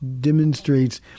demonstrates